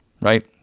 right